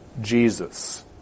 Jesus